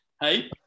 Hey